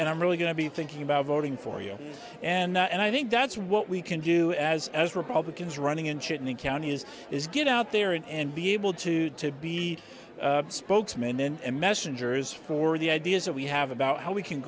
nd i'm really going to be thinking about voting for you and i think that's what we can do as as republicans running in shit in the county is is get out there in and be able to to be spokesmen and messengers for the ideas that we have about how we can